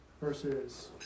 versus